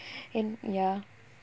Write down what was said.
in ya